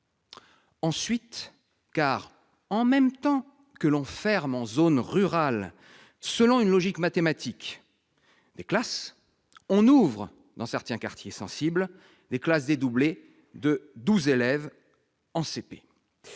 Ensuite, car « en même temps » que l'on ferme des classes en zone rurale selon une logique mathématique, on ouvre dans certains quartiers sensibles des classes dédoublées de 12 élèves en